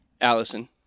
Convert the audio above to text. Allison